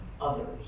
others